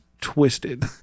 twisted